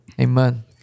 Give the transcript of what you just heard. Amen